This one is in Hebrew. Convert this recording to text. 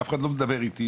אף אחד לא מדבר איתי,